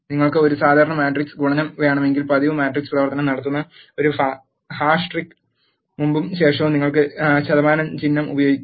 നിങ്ങൾക്ക് ഒരു സാധാരണ മാട്രിക്സ് ഗുണനം വേണമെങ്കിൽ പതിവ് മാട്രിക്സ് പ്രവർത്തനം നടത്തുന്ന ഈ ഹാഷ് ട്രിക്ക് മുമ്പും ശേഷവും നിങ്ങൾ ശതമാനം ചിഹ്നം ഉപയോഗിക്കണം